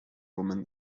woman